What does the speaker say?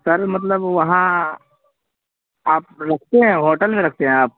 سر مطلب وہاں آپ رکھتے ہیں ہوٹل میں رکھتے ہیں آپ